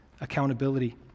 accountability